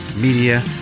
media